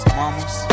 mamas